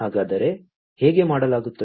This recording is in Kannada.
ಹಾಗಾದರೆ ಹೇಗೆ ಮಾಡಲಾಗುತ್ತದೆ